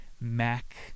Mac